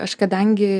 aš kadangi